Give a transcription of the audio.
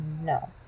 no